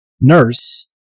nurse